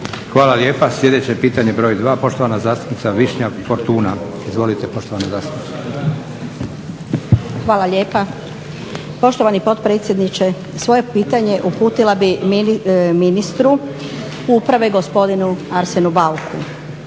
Hvala lijepa. Sljedeće pitanje broj 2, poštovana zastupnica Višnja Fortuna. Izvolite poštovana zastupnice. **Fortuna, Višnja (HSU)** Hvala lijepa, poštovani potpredsjedniče. Svoje pitanje uputila bih ministru uprave gospodinu Arsenu Bauku.